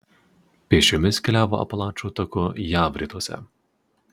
pėsčiomis keliavo apalačų taku jav rytuose